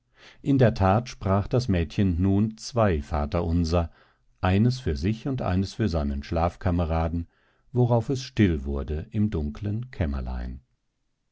in der tat sprach das mädchen nun zwei vaterunser eines für sich und eines für seinen schlafkameraden worauf es still wurde im dunklen kämmerlein